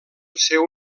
seu